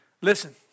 Listen